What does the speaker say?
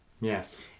yes